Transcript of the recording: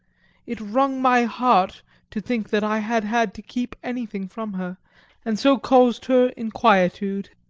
it wrung my heart to think that i had had to keep anything from her and so caused her inquietude.